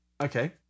Okay